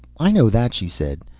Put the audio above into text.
i know that, she said.